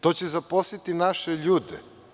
To će zaposliti naše ljude.